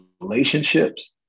relationships